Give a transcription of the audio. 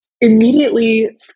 immediately